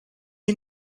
you